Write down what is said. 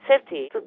Safety